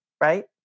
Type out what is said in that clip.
right